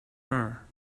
her